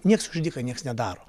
nieks už dyką nieks nedaro